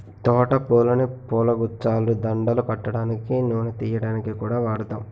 తోట పూలని పూలగుచ్చాలు, దండలు కట్టడానికి, నూనె తియ్యడానికి కూడా వాడుతాం